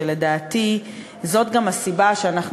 שלדעתי הן גם הסיבה לתזזית שאנחנו